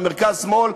המרכז-שמאל,